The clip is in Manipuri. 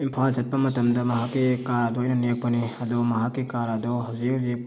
ꯏꯝꯐꯥꯜ ꯆꯠꯄ ꯃꯇꯝꯗ ꯃꯍꯥꯛꯀꯤ ꯀꯥꯔ ꯑꯗꯣ ꯑꯩꯅ ꯅꯦꯛꯄꯅꯦ ꯑꯗꯣ ꯃꯍꯥꯛꯀꯤ ꯀꯥꯔ ꯑꯗꯣ ꯍꯧꯖꯤꯛ ꯍꯧꯖꯤꯛ